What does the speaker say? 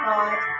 God